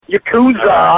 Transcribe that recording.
Yakuza